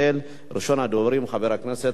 ראשון הדוברים, חבר הכנסת נחמן שי.